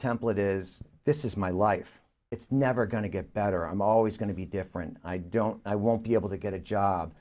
template is this is my life it's never going to get better i'm always going to be different i don't i won't be able to get a job